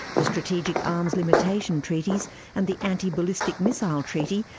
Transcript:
the strategic arms limitation treaties and the anti-ballistic missile treaty,